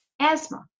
asthma